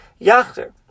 Yachter